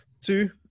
Two